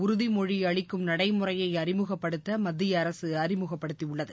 உறுதிமொழி அளிக்கும் நடைமுறையை அறிமுகப்படுத்த மத்திய அரசு அறிமுகப்படுத்தியுள்ளது